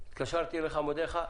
התקשרתי אליך ואני מודיע לך,